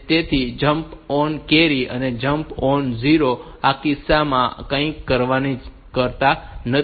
તેથી jump on carry અને jump on 0 આ 2 કિસ્સામાં આપણે કંઈ કરતા નથી